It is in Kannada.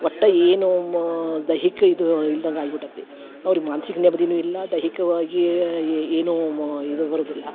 ಒಟ್ಟು ಏನೂ ಮಾ ದೈಹಿಕ ಇದು ಇಲ್ದಂಗೆ ಆಗ್ಬಿಟೈತಿ ಅವ್ರಿಗೆ ಮಾನಸಿಕ ನೆಮ್ಮದಿನೂ ಇಲ್ಲ ದೈಹಿಕವಾಗಿ ಏನೂ ಇದು ಬರೊದಿಲ್ಲ